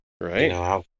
Right